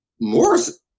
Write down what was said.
Morris